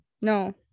no